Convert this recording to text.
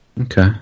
Okay